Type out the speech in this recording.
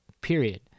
Period